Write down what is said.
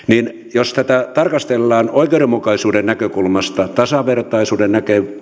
jos tätä tarkastellaan oikeudenmukaisuuden näkökulmasta tasavertaisuuden